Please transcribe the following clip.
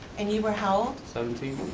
and you were how old? seventeen.